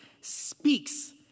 speaks